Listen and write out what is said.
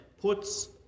puts